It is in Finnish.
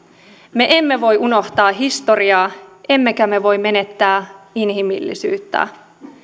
me emme voi unohtaa historiaa emmekä me voi menettää inhimillisyyttä